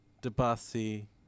Debussy